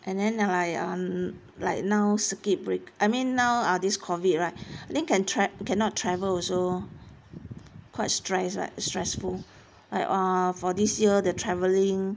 and then ya like um like now circuit break I mean now uh this COVID right then can cannot travel also quite stress right stressful like uh for this year the travelling